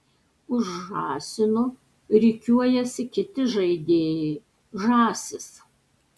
už žąsino rikiuojasi kiti žaidėjai žąsys